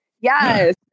yes